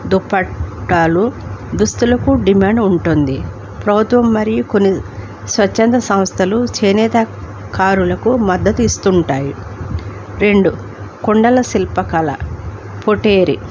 దుప్పట్టాలు దుస్తులకు డిమాండ్ ఉంటుంది ప్రభుత్వం మరియు కొన్ని స్వచ్ఛంద సంస్థలు చేనేత కారులకు మద్దతు ఇస్తుంటాయి రెండు కొండల శిల్పకళ పొటేరి